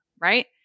right